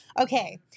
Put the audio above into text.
Okay